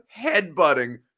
headbutting